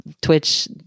Twitch